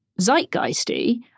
zeitgeisty